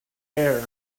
air